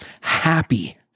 happy